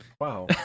Wow